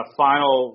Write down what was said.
final